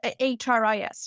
HRIS